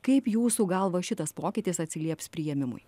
kaip jūsų galva šitas pokytis atsilieps priėmimui